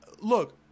Look